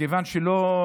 מכיוון שלא